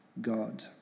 God